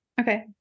okay